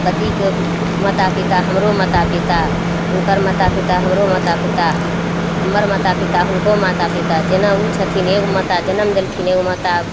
पतिके माता पिता हमरो माता पिता हुनकर माता पिता हमरो माता पिता हम्मर माता पिता हुनको माता पिता जेना उ छथिन एगो माता जनम देलखिन एगो माता